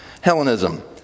Hellenism